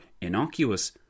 innocuous